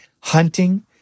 hunting